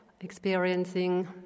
experiencing